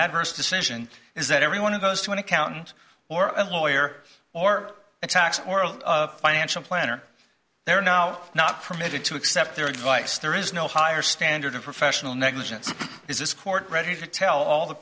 adverse decision is that every one of those to an accountant or a lawyer or a tax or a financial planner they're now not permitted to accept their advice there is no higher standard of professional negligence is this court ready to tell all the